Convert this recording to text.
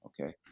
Okay